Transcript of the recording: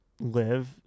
live